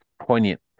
Poignant